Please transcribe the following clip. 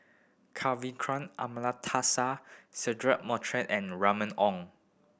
Kavignareru Amallathasan Cedric Monteiro and Remy Ong